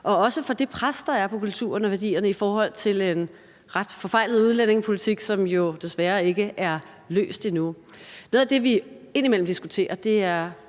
også for det pres, der er på kulturen og værdierne, i forhold til en ret forfejlet udlændingepolitik, som jo desværre ikke er løst endnu. Noget af det, vi indimellem diskuterer, er